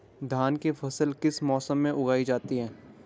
धान की फसल किस मौसम में उगाई जाती है?